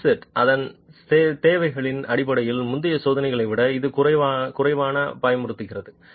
இன் சிட்டு அதன் தேவைகளின் அடிப்படையில் முந்தைய சோதனையை விட இது குறைவான பயமுறுத்துகிறது